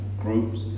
groups